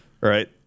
Right